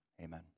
Amen